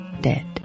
dead